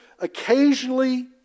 occasionally